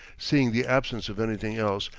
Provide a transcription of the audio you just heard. seeing the absence of anything else,